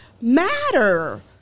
matter